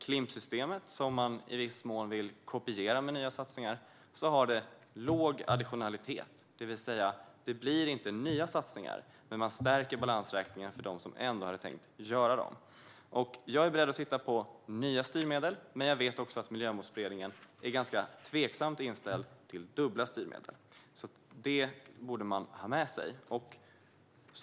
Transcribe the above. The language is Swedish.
Klimpsystemet, som man i viss mån vill kopiera med nya satsningar, har låg additionalitet, det vill säga det blir inte nya satsningar men man stärker balansräkningen för dem som ändå hade tänkt göra dem. Jag är beredd att titta på nya styrmedel, men jag vet att Miljömålsberedningen är ganska tveksamt inställd till dubbla styrmedel. Detta borde man ha med sig.